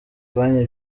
kanya